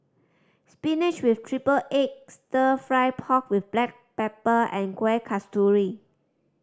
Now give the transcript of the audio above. spinach with triple egg Stir Fry pork with black pepper and Kueh Kasturi